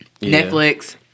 Netflix